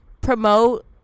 promote